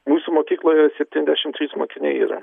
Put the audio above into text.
mūsų mokykloje septyndešimt trys mokiniai yra